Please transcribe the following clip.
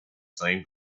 same